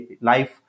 life